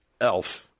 Elf